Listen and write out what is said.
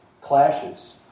clashes